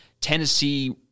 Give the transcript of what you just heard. Tennessee